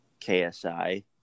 KSI